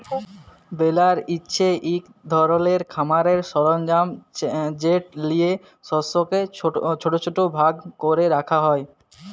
বেলার হছে ইক ধরলের খামারের সরলজাম যেট লিঁয়ে শস্যকে ছট ছট ভাগ ক্যরে রাখা হ্যয়